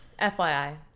FYI